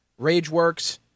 RageWorks